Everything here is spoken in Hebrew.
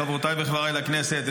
חברותיי וחבריי לכנסת,